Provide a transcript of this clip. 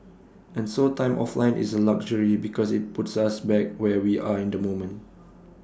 and so time offline is A luxury because IT puts us back where we are in the moment